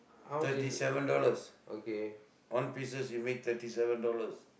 thirty seven dollars one pieces you make thirty seven dollars